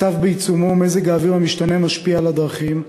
הסתיו בעיצומו ומזג האוויר המשתנה משפיע על הדרכים,